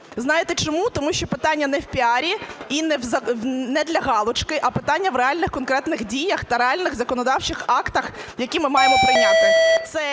Знаєте чому? Тому що питання не в піарі і не для галочки. А питання в реальних конкретних діях та реальних законодавчих актах, які ми маємо прийняти.